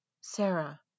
Sarah